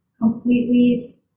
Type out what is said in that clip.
completely